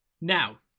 Now